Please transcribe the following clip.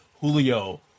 Julio